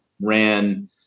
ran